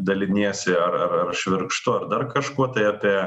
daliniesi ar ar ar švirkštu ar dar kažkuo tai apie